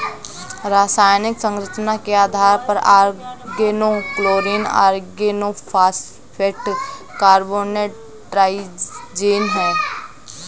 रासायनिक संरचना के आधार पर ऑर्गेनोक्लोरीन ऑर्गेनोफॉस्फेट कार्बोनेट ट्राइजीन है